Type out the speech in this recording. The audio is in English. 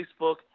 Facebook